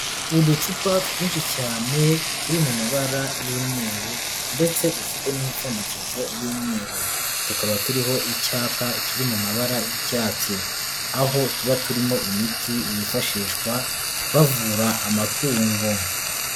Uducupa twinshi cyane turi mu mabara y'imyeru ndetse dufite n'imipfundikizo y'imyeru, tukaba turiho icyapa kiri mu mabara y'icyatsi, aho tuba turimo imiti yifashishwa bavura amatungo.